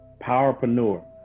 powerpreneur